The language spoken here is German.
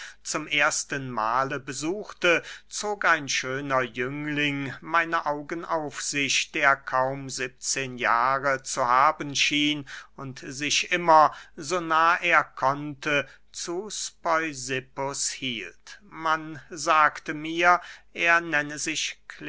zum ersten mahle besuchte zog ein schöner jüngling meine augen auf sich der kaum siebzehn jahre zu haben schien und sich immer so nah er konnte zu speusippus hielt man sagte mir er nenne sich